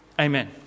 Amen